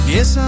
Yes